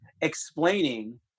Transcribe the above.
explaining